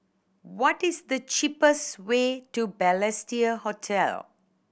what is the cheapest way to Balestier Hotel